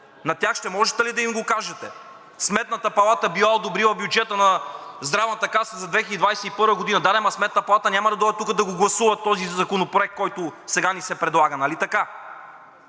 На тях ще можете ли да им го кажете?! Сметната палата била одобрила бюджета на Здравната каса за 2021 г. Да де, ама Сметната палата няма да дойде тук да го гласува този законопроект, който сега ни се предлага, нали така?!